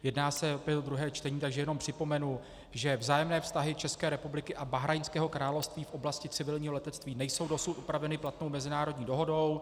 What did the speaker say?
Jedná se opět o druhé čtení, takže jenom připomenu, že vzájemné vztahy České republiky a Bahrajnského království v oblasti civilního letectví nejsou dosud upraveny platnou mezinárodní dohodou.